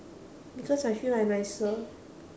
because I feel like nicer